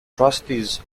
trustees